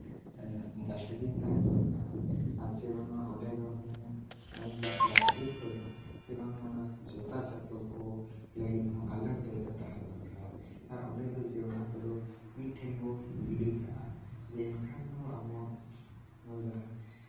dustbin ᱛᱟᱦᱮᱸ ᱫᱚᱨᱠᱟᱨ ᱟᱨ ᱪᱮ ᱵᱟᱝᱟ ᱚᱸᱰᱮ ᱫᱚ ᱦᱩᱱᱟᱹᱝ ᱡᱤᱥ ᱯᱞᱟᱥᱴᱤᱠ ᱠᱚᱫᱚ ᱥᱮ ᱵᱟᱝᱟ ᱡᱩᱛᱟ ᱪᱚᱯᱯᱚᱞ ᱠᱚ ᱞᱟᱹᱜᱤᱫ ᱦᱚᱸ ᱟᱞᱟᱜᱽ ᱡᱟᱭᱜᱟ ᱛᱟᱦᱮᱸ ᱫᱚᱨᱠᱟᱨ ᱟᱨ ᱚᱸᱰᱮ ᱫᱚ ᱡᱮ ᱚᱱᱟ ᱠᱚᱫᱚ ᱢᱤᱫ ᱴᱷᱮᱱ ᱵᱚ ᱜᱤᱰᱤ ᱠᱟᱜᱼᱟ ᱡᱮ ᱮᱱᱠᱷᱟᱱ ᱫᱚ ᱟᱵᱚᱣᱟᱜ ᱱᱚᱣᱟ ᱡᱟᱦᱟᱸ